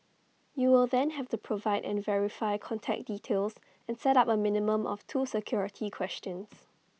you will then have to provide and verify contact details and set up A minimum of two security questions